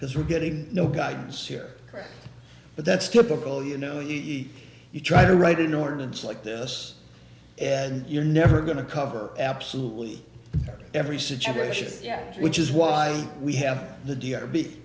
because we're getting no guidance here but that's typical you know easy you try to write an ordinance like this and you're never going to cover absolutely every situation yet which is why we have the d r b